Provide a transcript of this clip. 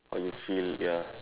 or you feel ya